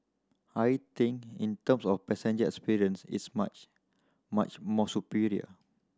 I think in terms of the passengers experience it's much much more superior